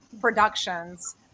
Productions